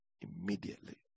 immediately